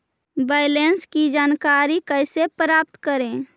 Balance की जानकारी कैसे प्राप्त करे?